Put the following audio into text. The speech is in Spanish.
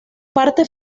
parte